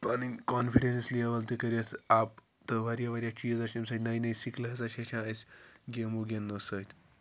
پَنٕنۍ confidence level تہِ کٔرِتھ اَپ تہٕ واریاہ واریاہ چیٖز حَظ چھِ اَمہِ سۭتۍ نٔے نٔے سِکِلہٕ ہَسا چھِ ہیٚچھان اَسہِ گیمو گِنٛدنہٕ سۭتۍ